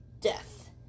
death